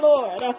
Lord